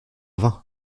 vain